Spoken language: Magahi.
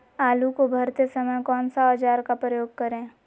आलू को भरते समय कौन सा औजार का प्रयोग करें?